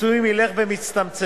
לפיצויים ילך ויצטמצם.